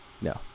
No